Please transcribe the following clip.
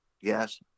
yes